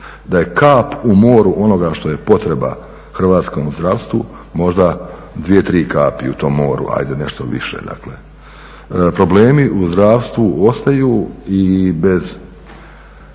da je kap u moru onoga što je potreba hrvatskom zdravstvu, možda dvije, tri kapi u tom moru ajde nešto više dakle. Problemi u zdravstvu ostaju i bez